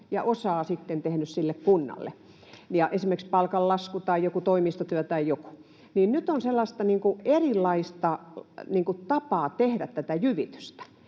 ja osaa sitten sille kunnalle, esimerkiksi palkanlasku tai joku toimistotyö tai joku muu. Nyt on erilaisia tapoja tehdä tätä jyvitystä,